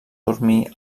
dormir